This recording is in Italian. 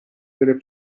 delle